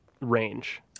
range